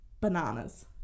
Bananas